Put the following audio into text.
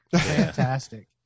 Fantastic